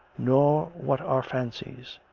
nor what are fancies.